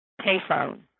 payphone